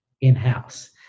in-house